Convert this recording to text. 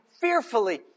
fearfully